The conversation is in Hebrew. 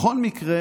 בכל מקרה